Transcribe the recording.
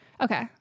okay